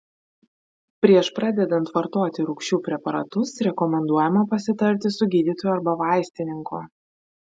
prieš pradedant vartoti rūgčių preparatus rekomenduojama pasitarti su gydytoju arba vaistininku